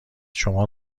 شما